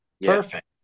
Perfect